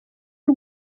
y’u